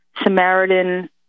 Samaritan